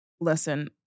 listen